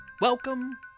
Welcome